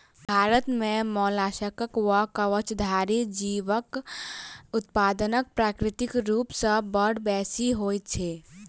भारत मे मोलास्कक वा कवचधारी जीवक उत्पादन प्राकृतिक रूप सॅ बड़ बेसि होइत छै